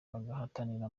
guhatanira